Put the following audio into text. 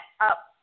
up